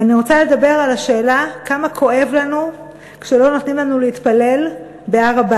ואני רוצה לדבר על השאלה כמה כואב לנו כשלא נותנים לנו להתפלל בהר-הבית.